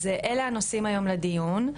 אז אלה הנושאים היום לדיון.